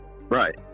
Right